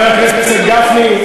חבר הכנסת גפני,